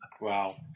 Wow